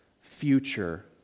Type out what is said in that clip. future